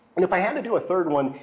and if i had to do a third one,